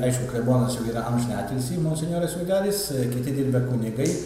aišku klebonas jau yra amžinąjį atilsį monsinjoras migalis kiti dirbę kunigai